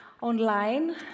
online